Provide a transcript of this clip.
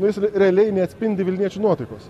nes realiai neatspindi vilniečių nuotaikos